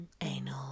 Anal